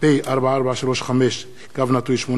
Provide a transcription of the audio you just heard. פ/4435/18